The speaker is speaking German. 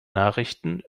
nachrichten